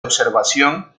observación